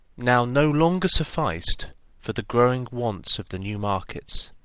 now no longer sufficed for the growing wants of the new markets.